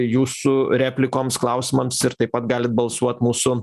jūsų replikoms klausimams ir taip pat galit balsuot mūsų